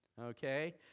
okay